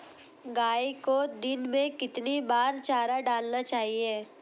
गाय को दिन में कितनी बार चारा डालना चाहिए?